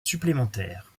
supplémentaire